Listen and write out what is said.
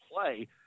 play